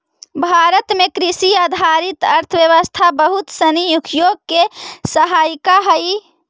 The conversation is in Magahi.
भारत में कृषि आधारित अर्थव्यवस्था बहुत सनी उद्योग के सहायिका हइ